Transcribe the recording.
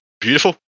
Beautiful